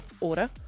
order